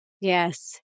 Yes